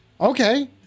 Okay